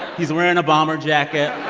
he's wearing a bomber jacket